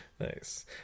Nice